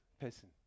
person